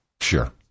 Sure